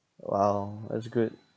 !wow! that's good